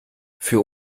für